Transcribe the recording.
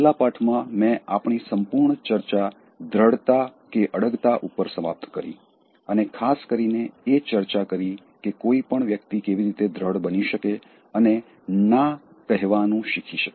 છેલ્લા પાઠમાં મેં આપણી સંપૂર્ણ ચર્ચા દ્દઢતાઅડગતા ઉપર સમાપ્ત કરી અને ખાસ કરીને એ ચર્ચા કરી કે કોઈ પણ વ્યક્તિ કેવી રીતે દ્દઢ બની શકે અને ના કહેવાનું શીખી શકે